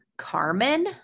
Carmen